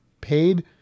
paid